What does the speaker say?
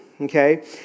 okay